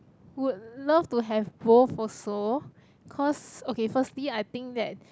would love to have both also cause okay firstly I think that